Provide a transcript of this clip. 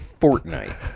Fortnite